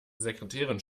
sekretärin